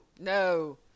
no